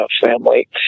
family